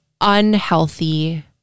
unhealthy